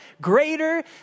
greater